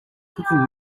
cooking